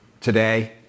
today